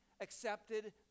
accepted